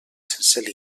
sense